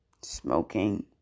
smoking